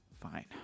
Fine